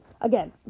again